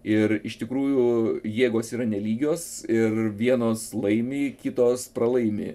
ir iš tikrųjų jėgos yra nelygios ir vienos laimi kitos pralaimi